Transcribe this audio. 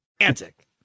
antic